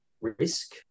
risk